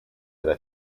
della